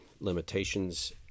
limitations